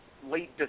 late